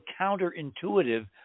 counterintuitive